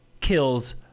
kills